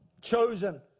chosen